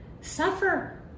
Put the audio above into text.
Suffer